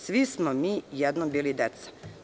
Svi smo mi jednom bili deca.